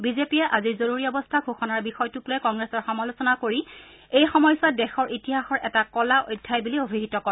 বিজেপিয়ে আজি জৰুৰী অৱস্থা ঘোষণাৰ বিষয়টোক লৈ কংগ্ৰেছৰ সমালোচনা কৰি এই সময়ছোৱাত দেশৰ ইতিহাসৰ এটা কলা অধ্যায় বুলি অভিহিত কৰে